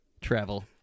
travel